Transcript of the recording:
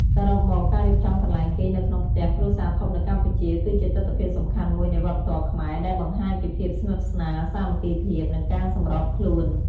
សរុបមក ការរៀបចំកន្លែងគេងនៅក្នុងផ្ទះគ្រួសារធំនៅកម្ពុជា គឺជាទិដ្ឋភាពសំខាន់មួយនៃវប្បធម៌ខ្មែរ ដែលបង្ហាញពីភាពស្និទ្ធស្នាល សាមគ្គីភាព និងការសម្របខ្លួន។